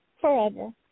Forever